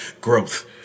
growth